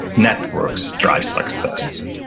networks drive success.